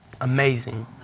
amazing